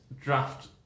draft